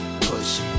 push